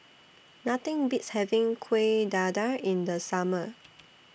Nothing Beats having Kueh Dadar in The Summer